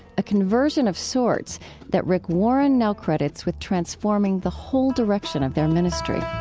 a conversion of sorts that rick warren now credits with transforming the whole direction of their ministry